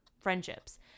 friendships